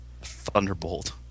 Thunderbolt